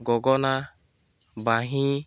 গগনা বাঁহী